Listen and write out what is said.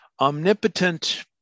omnipotent